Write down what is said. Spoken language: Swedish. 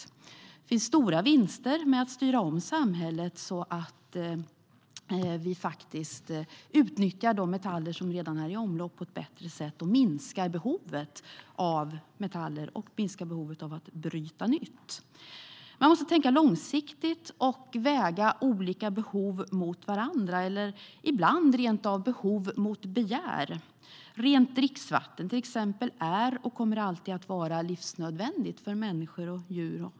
Det finns stora vinster i att styra om samhället så att vi utnyttjar de metaller som redan är i omlopp på ett bättre sätt och minskar behovet av metaller och av att bryta nytt. Vi måste tänka långsiktigt och väga olika behov mot varandra - ibland rent av behov mot begär. Rent dricksvatten är och kommer alltid att vara livsnödvändigt för människor och djur.